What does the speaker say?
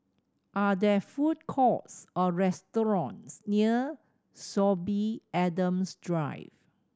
are there food courts or restaurants near Sorby Adams Drive